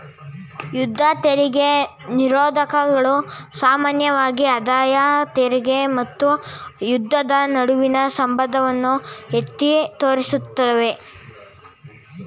ಯುದ್ಧ ತೆರಿಗೆ ನಿರೋಧಕಗಳು ಸಾಮಾನ್ಯವಾಗಿ ಆದಾಯ ತೆರಿಗೆ ಮತ್ತು ಯುದ್ಧದ ನಡುವಿನ ಸಂಬಂಧವನ್ನ ಎತ್ತಿ ತೋರಿಸುತ್ತವೆ